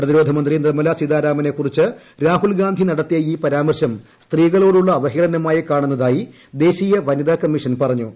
പ്രതിരോധ മന്ത്രി നിർമ്മലാ സീതാരാമനെ കുറിച്ച് രാഹുൽ ഗാന്ധി നടത്തിയ ഈ പരാമാർശം സ്ത്രീകളോടുള്ള അവഹേളനമായി കാണുന്നതായി ദേശീയ വനിതാ കമ്മീഷൻ പറഞ്ഞു